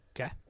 Okay